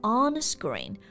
on-screen